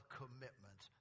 commitment